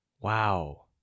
Wow